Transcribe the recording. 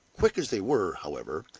quick as they were, however,